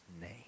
name